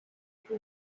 que